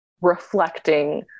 reflecting